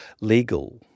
legal